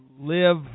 live